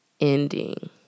ending